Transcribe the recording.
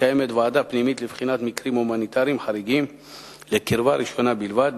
קיימת ועדה פנימית לבחינת מקרים הומניטריים חריגים לקרבה ראשונה בלבד,